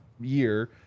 year